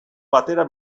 batera